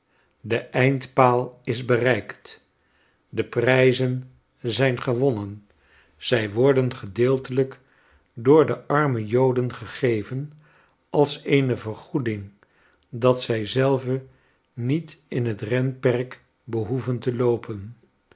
de eindpaal is bereikt de prijzen zijn gewonnen zij worden gedeeltelijk door de arme joden gegeven als eene vergoeding dat zij zelven niet in het renperk behoeven te loopen